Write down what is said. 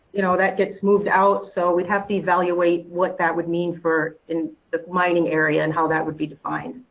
you know that gets moved out so we'd have to evaluate what that would mean for and the mining area and how that would be defined.